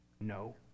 No